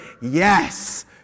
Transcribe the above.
Yes